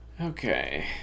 Okay